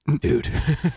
dude